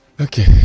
okay